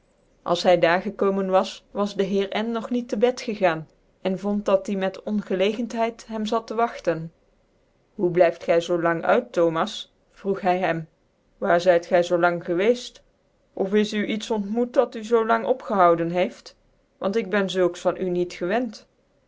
zyn alshy daar gekomen was was de heer n nog niet tc bed gegaan en vond dat die met ongclcgenthcid hem zat tc wagtcn hoe blyft gy zoo lang uit thomas vroeg hyhem waar zyt gy zoo lang gewceft of is u iets ontmoet dat u zoo lang opgehouden heeft want ik ben zulks van u niet gewent